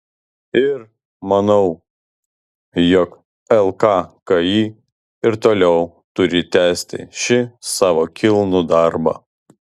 ir manau jog lkki ir toliau turi tęsti šį savo kilnų darbą